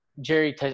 jerry